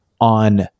on